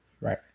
Right